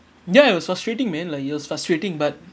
ya it was frustrating man like it was frustrating but